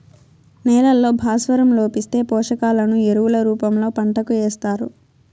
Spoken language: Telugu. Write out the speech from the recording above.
నేలల్లో భాస్వరం లోపిస్తే, పోషకాలను ఎరువుల రూపంలో పంటకు ఏస్తారు